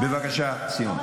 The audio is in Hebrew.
בבקשה, סימון.